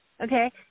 Okay